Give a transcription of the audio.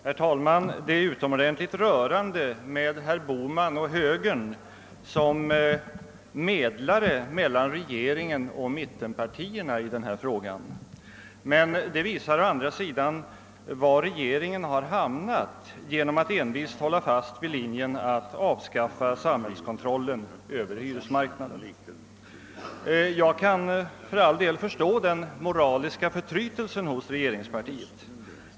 Herr talman! Det är utomordentligt rörande med herr Bohman och högern såsom medlare mellan regeringen och mittenpartierna i den här frågan. Men det visar å andra sidan var regeringen har hamnat genom att envist hålla fast vid linjen att avskaffa samhällskontrollen över hyresmarknaden. Jag kan för all del förstå den moraliska förtrytelsen hos regeringspartiet.